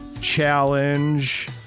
Challenge